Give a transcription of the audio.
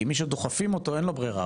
כי מי שדוחים אותו אין לו ברירה,